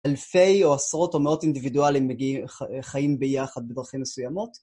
אלפי או עשרות או מאות אינדיבידואלים מגיעים, חיים ביחד בדרכים מסוימות.